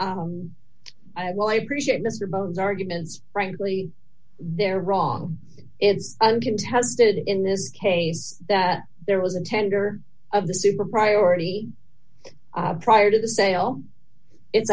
saying i will i appreciate mr bones arguments frankly they're wrong it is contested in this case that there was a tender of the super priority prior to the sale it's